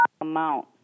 amount